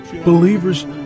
believers